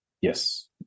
Yes